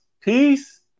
Peace